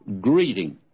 greeting